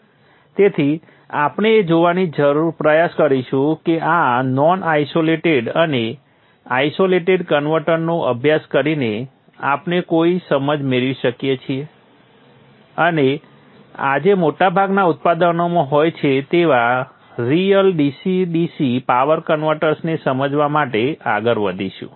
તેથી આપણે એ જોવાનો પ્રયાસ કરીશું કે આ નોન આઇસોલેટેડ અને આઇસોલેટેડ કન્વર્ટરનો અભ્યાસ કરીને આપણે કઈ સમજ મેળવી શકીએ છીએ અને આજે મોટાભાગના ઉત્પાદનોમાં હોય છે તેવા રિઅલ DC DC પાવર કન્વર્ટર્સને સમજવા માટે આગળ વધીશું